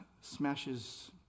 smashes